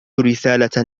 رسالة